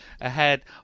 ahead